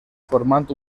formant